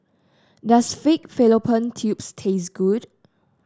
does Pig Fallopian Tubes taste good